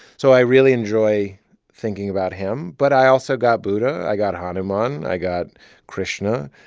so i really enjoy thinking about him, but i also got buddha. i got hanuman. i got krishna.